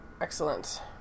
Excellent